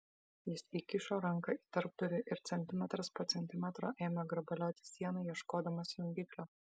jis įkišo ranką į tarpdurį ir centimetras po centimetro ėmė grabalioti sieną ieškodamas jungiklio